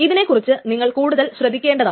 ഇതിനെ കുറിച്ച് നിങ്ങൾ കൂടുതൽ ശ്രദ്ധിക്കേണ്ടതാണ്